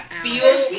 feel